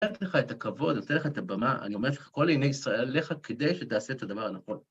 נותן לך את הכבוד, נותן לך את הבמה, אני אומר לך, כל עיני ישראל לך כדי שתעשה את הדבר הנכון.